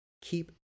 keep